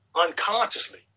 unconsciously